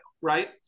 right